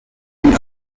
end